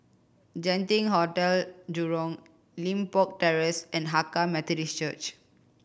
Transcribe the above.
Genting Hotel Jurong Limbok Terrace and Hakka Methodist Church